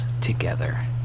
together